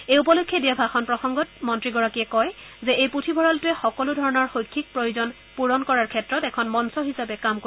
এই উপলক্ষে দিয়া ভাষণ প্ৰসংগত মন্ত্ৰীগৰাকীয়ে কয় যে এই পুথিভঁৰালটোৱে সকলো ধৰণৰ শৈক্ষিক প্ৰয়োজন পূৰণ কৰাৰ ক্ষেত্ৰত এখন মঞ্চ হিচাপে কাম কৰিব